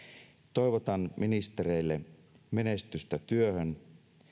toivotan ministereille menestystä työhön